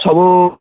ସବୁ